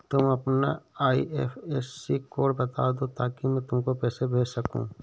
तुम अपना IFSC code बता दो ताकि मैं तुमको पैसे भेज सकूँ